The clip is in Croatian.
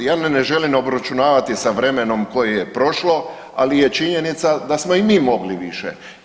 Ja ne želim obračunavati sa vremenom koje je prošlo, ali je činjenica da smo i mi mogli više.